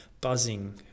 buzzing